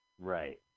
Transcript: Right